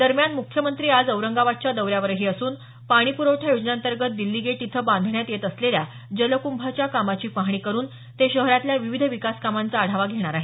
दरम्यान मुख्यमंत्री आज औरंगाबादच्या दौऱ्यावरही असून पाणी पुखठा योजनेअंतर्गत दिल्ली गेट इथं बांधण्यात येत असलेल्या जलकूंभाच्या कामाची पाहणी करुन ते शहरातल्या विविध विकास कामांचा आढावा घेणार आहेत